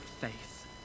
faith